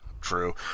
True